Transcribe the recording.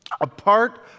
apart